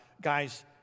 guys